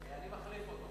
אני מחליף אותו.